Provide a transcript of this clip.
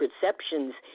perceptions